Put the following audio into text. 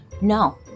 no